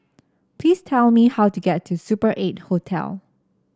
please tell me how to get to Super Eight Hotel